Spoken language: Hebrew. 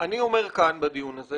אני אומר בדיון הזה,